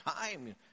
time